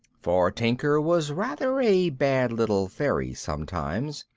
for tinker was rather a bad little fairy sometimes.